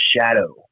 shadow